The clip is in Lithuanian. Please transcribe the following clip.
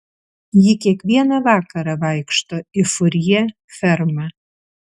ji kiekvieną vakarą vaikšto į furjė fermą